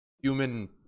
human